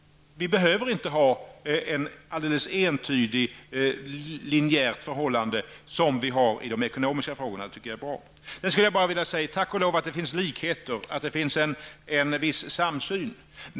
Vi behöver inte ha ett alldeles entydigt linjärt förhållande i miljöpolitiken som vi har i de ekonomiska frågorna. Det tycker jag är bra. Sedan skulle jag bara vilja säga: Tack och lov att det finns likheter och att det finns en viss samsyn.